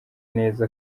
neza